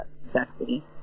sexy